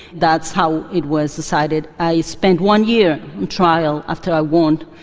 that's how it was decided. i spent one year on trial after i won.